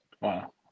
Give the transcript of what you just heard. Wow